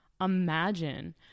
imagine